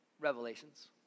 Revelations